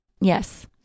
Yes